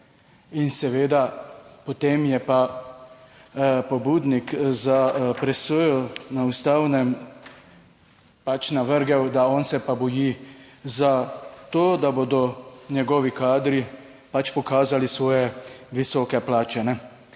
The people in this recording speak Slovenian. in seveda, potem je pa pobudnik za presojo na Ustavnem pač navrgel, da on se pa boji za to, da bodo njegovi kadri pač pokazali svoje visoke plače